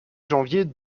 janvier